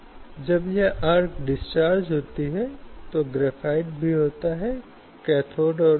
लेकिन यह किया जाता है और पुरुष सहयोगियों के बीच साझा किया जाता है और वे हंसते हैं और आप जानते हैं उसे देखकर मुस्कुराते हैं